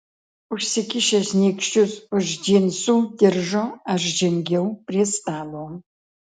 užsikišęs nykščius už džinsų diržo aš žengiau prie stalo